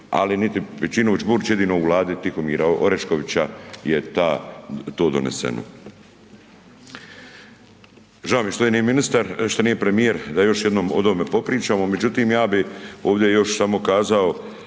ali niti Pejčinović Burić, jedino u Vladi Tihomira Oreškovića je to doneseno. Žao mi je što ovdje nije ministar, što nije premijer, da još jednom o ovome popričamo. Međutim ja bih ovdje samo kazao